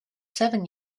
seven